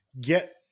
get